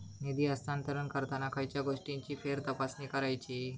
निधी हस्तांतरण करताना खयच्या गोष्टींची फेरतपासणी करायची?